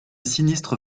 sinistre